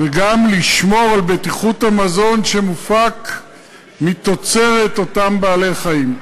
וגם לשמור על בטיחות המזון שמופק כתוצרת מאותם בעלי-חיים.